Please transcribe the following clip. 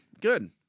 good